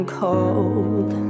cold